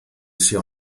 sia